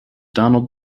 donald